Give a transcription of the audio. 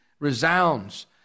resounds